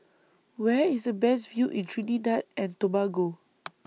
Where IS The Best View in Trinidad and Tobago